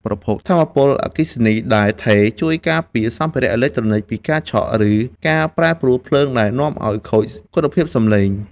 ប្រភពថាមពលអគ្គិសនីដែលថេរ ជួយការពារសម្ភារៈអេឡិចត្រូនិចពីការឆក់ ឬការប្រែប្រួលភ្លើងដែលនាំឱ្យខូចគុណភាពសំឡេង។